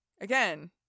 Again